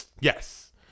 Yes